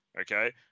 Okay